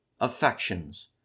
affections